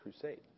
Crusade